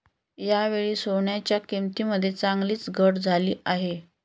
यावेळी सोन्याच्या किंमतीमध्ये चांगलीच घट झाली आहे